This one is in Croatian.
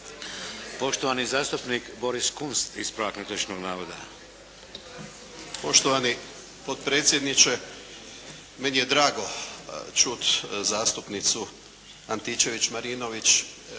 Poštovani zastupnik Boris Kunst, ispravak netočnog navoda. **Kunst, Boris (HDZ)** Poštovani potpredsjedniče! Meni je drago čut zastupnici Antičević-Marinović